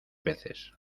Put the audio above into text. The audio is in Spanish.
veces